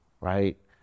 right